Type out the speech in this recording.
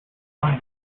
planks